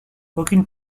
aucune